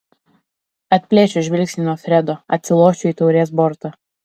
atplėšiu žvilgsnį nuo fredo atsilošiu į taurės bortą